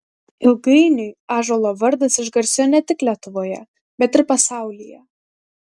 ilgainiui ąžuolo vardas išgarsėjo ne tik lietuvoje bet ir pasaulyje